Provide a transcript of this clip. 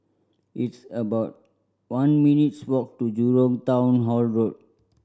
it's about one minutes' walk to Jurong Town Hall Road